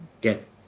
get